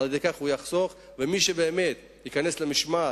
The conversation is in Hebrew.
ועל-ידי כך